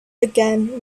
again